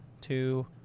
two